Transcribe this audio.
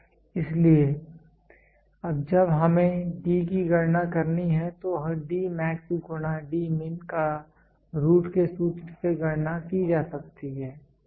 इसलिए जब हमें D की गणना करनी है तो D मैक्स गुना D मिन का रूट के सूत्र से गणना की जा सकती है ठीक है